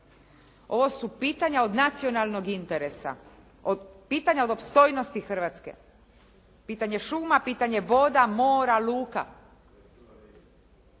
Ovo su pitanja od nacionalnog interesa, pitanja od opstojnosti Hrvatske. Pitanje šuma, pitanje voda, mora, luka.